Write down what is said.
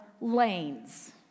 lanes